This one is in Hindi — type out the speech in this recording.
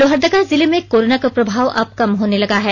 लोहरदगा जिला मे कोरोना का प्रभाव अब कम होने लगा है